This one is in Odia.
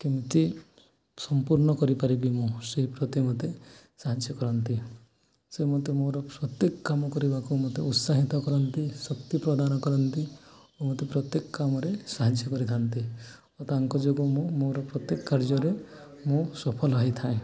କେମିତି ସମ୍ପୂର୍ଣ୍ଣ କରିପାରିବି ମୁଁ ସେଇ ପ୍ରତି ମୋତେ ସାହାଯ୍ୟ କରନ୍ତି ସେ ମୋତେ ମୋର ପ୍ରତ୍ୟେକ କାମ କରିବାକୁ ମୋତେ ଉତ୍ସାହିତ କରନ୍ତି ଶକ୍ତି ପ୍ରଦାନ କରନ୍ତି ଓ ମୋତେ ପ୍ରତ୍ୟେକ କାମରେ ସାହାଯ୍ୟ କରିଥାନ୍ତି ଓ ତାଙ୍କ ଯୋଗୁଁ ମୁଁ ମୋର ପ୍ରତ୍ୟେକ କାର୍ଯ୍ୟରେ ମୁଁ ସଫଳ ହୋଇଥାଏ